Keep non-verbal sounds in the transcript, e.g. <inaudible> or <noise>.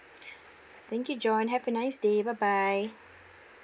<breath> thank you john have a nice day bye bye